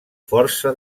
força